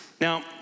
Now